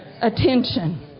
attention